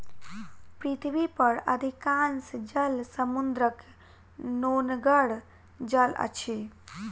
पृथ्वी पर अधिकांश जल समुद्रक नोनगर जल अछि